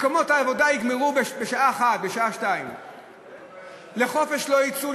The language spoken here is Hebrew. מקומות העבודה ייסגרו בשעה 13:00 או בשעה 14:00. לחופש לא יצאו,